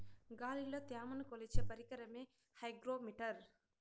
గాలిలో త్యమను కొలిచే పరికరమే హైగ్రో మిటర్